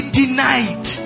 denied